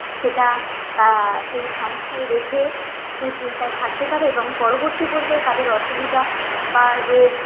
সেটা তা সেই সংস্থায় রেখে সুচিন্তায় থাকতে পারে এবং পরবর্তী পর্যায়ে তাদের অসুবিধা বা রোগ